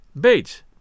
Bates